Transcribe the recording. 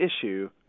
issue